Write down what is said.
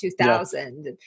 2000